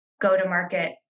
go-to-market